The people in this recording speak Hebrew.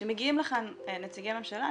כשמגיעים לכאן נציגי ממשלה,